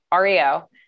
REO